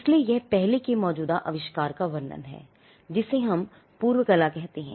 इसलिए यह पहले के मौजूदा आविष्कार का वर्णन है जिसे हम पूर्व कला कहते हैं